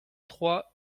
trois